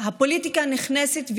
הפוליטיקה נכנסת,